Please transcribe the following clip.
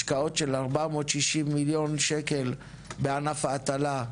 השקעות של 460 מיליון שקלים בענף ההטלה,